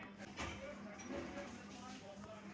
स्थायी फसल जेना आम रबड़ नारियल के गाछ रुइया आरु